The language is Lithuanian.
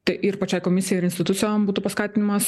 tai ir pačiai komisijai ir institucijom būtų paskatinimas